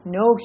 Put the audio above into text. no